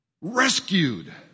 rescued